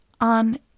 on